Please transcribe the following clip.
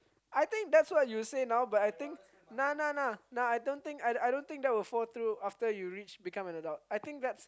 I think that's what you say now but I think nah nah nah nah I don't think I I don't think that will fall through after you reach become an adult I think that's